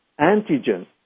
antigen